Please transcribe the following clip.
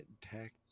tech